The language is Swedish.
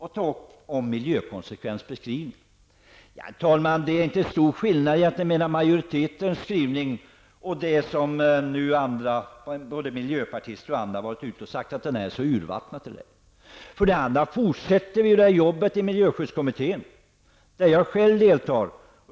Det är egentligen inte stor skillnad mellan reservationerna och majoritetens skrivning, som nu både miljöpartister och andra anser vara så urvattnad. För övrigt fortsätter vi ju jobbet i miljöskyddskommittén, där jag själv deltar.